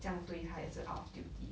这样对他也是 out of duty